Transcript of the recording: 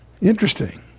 Interesting